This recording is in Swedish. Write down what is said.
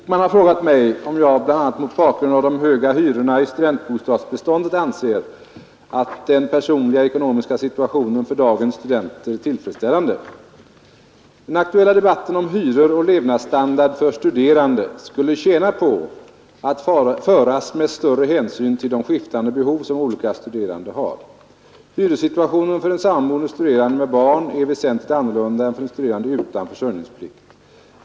Herr talman! Herr Wijkman har frågat mig om jag, bl.a. mot bakgrund av de höga hyrorna i studentbostadsbeståndet, anser att den personliga ekonomiska situationen för dagens studenter är tillfredsställande. Den aktuella debatten om hyror och levnadsstandard för studerande skulle tjäna på att föras med större hänsyn till de skiftande behov som olika studerande har. Hyressituationen för en sammanboende studerande med barn är väsentligt annorlunda än för en studerande utan försörjningsplikt.